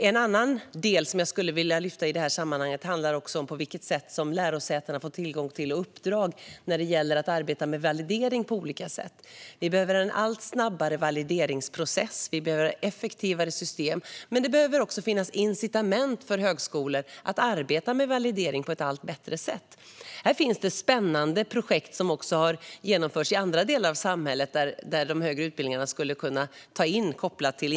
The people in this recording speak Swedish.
En annan del som jag skulle vilja lyfta fram i sammanhanget handlar om på vilket sätt lärosätena får tillgång till uppdrag när det gäller att arbeta med validering på olika sätt. Vi behöver en allt snabbare valideringsprocess, och vi behöver effektivare system. Men det behöver också finnas incitament för högskolor att arbeta med validering på ett allt bättre sätt. Här finns spännande projekt som också har genomförts i andra delar av samhället som de högre utbildningarna skulle kunna ta in och koppla till.